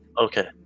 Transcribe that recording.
Okay